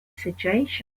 situation